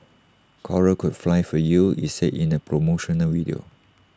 cora could fly for you IT said in A promotional video